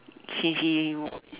since he